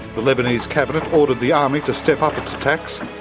the lebanese cabinet ordered the army to step up its attacks,